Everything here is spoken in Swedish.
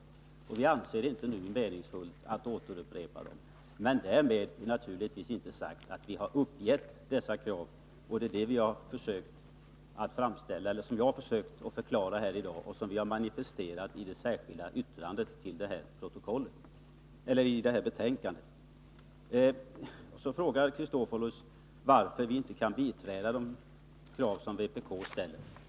Men vi anser det inte meningsfullt att upprepa dem nu. Därmed är det naturligtvis inte sagt att vi har uppgett dessa krav. Det är vad jag har försökt förklara här i dag, och det har vi manifesterat i vårt särskilda yttrande till detta betänkande. Alexander Chrisopoulos frågar varför vi inte kan biträda de krav som vpk ställer.